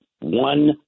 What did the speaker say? one